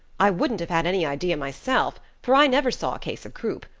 i wouldn't have had any idea myself, for i never saw a case of croup.